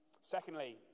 Secondly